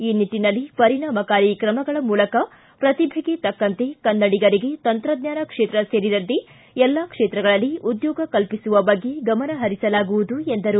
ಈ ನಿಟ್ಟಿನಲ್ಲಿ ಪರಿಣಾಮಕಾರಿ ಕ್ರಮಗಳ ಮೂಲಕ ಪ್ರತಿಭೆಗೆ ತಕ್ಕಂತೆ ಕನ್ನಡಿಗರಿಗೆ ತಂತ್ರಜ್ಞಾನ ಕ್ಷೇತ್ರ ಸೇರಿದಂತೆ ಎಲ್ಲಾ ಕ್ಷೇತ್ರಗಳಲ್ಲಿ ಉದ್ದೋಗ ಕಲ್ಪಿಸುವ ಬಗ್ಗೆ ಗಮನಹರಿಸಲಾಗುವುದು ಎಂದರು